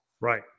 Right